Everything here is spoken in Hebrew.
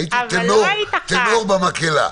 הייתי טנור במקהלה.